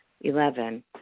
Eleven